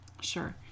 Sure